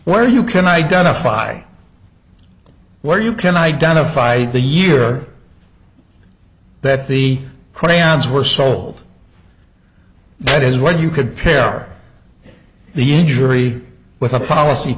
where you can identify where you can identify the year that the crayons were sold that is where you could pair the injury with a policy